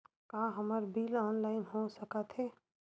का हमर bill online हो सकत हे?